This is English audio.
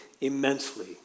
immensely